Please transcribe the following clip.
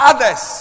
Others